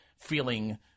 feeling